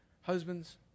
Husbands